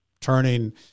turning